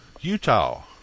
Utah